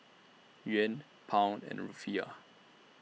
Yuan Pound and Rufiyaa